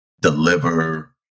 deliver